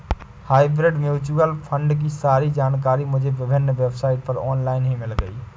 hybrid mutual fund की सारी जानकारी मुझे विभिन्न वेबसाइट पर ऑनलाइन ही मिल गयी